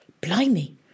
Blimey